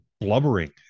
blubbering